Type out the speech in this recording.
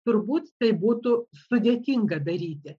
turbūt tai būtų sudėtinga daryti